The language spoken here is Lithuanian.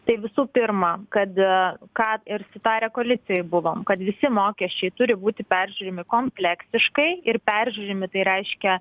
tai visų pirma kad ką ir sutarę koalicijoj buvom kad visi mokesčiai turi būti peržiūrimi kompleksiškai ir peržiūrimi tai reiškia